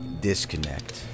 Disconnect